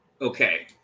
okay